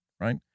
right